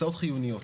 הצעות חיוניות.